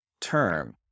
term